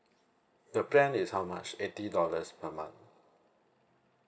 the plan is how much eighty dollars per month